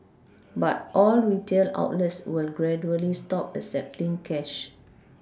but all retail outlets will gradually stop accepting cash